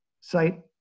site